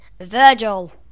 Virgil